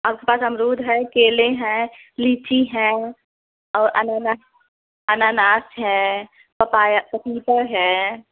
आपके पास अमरूद है केले हैं लीची है और अनानास अनानास है पपाया पपीता है